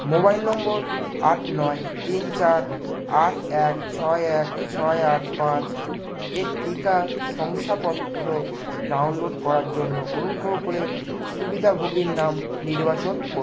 mobile নম্বর আট নয় তিন চার আট এক ছয় এক ছয় আট পাঁচ এর টিকা শংসাপত্র ডাউনলোড করার জন্য অনুগ্রহ করে সুবিধাভোগীর নাম নির্বাচন করুন